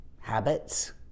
habits